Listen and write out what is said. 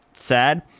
sad